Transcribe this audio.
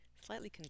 slightly